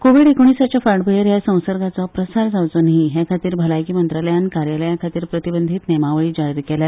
कोरोना महामारीचे फाटभ्रंयेर ह्या संसर्गाचो प्रसार जावचो न्हय हे खातीर भलायकी मंत्रालयान कार्यालयां खातीर प्रतिबंधीत नेमावळ जारी केल्या